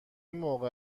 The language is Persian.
موقع